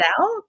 out